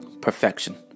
perfection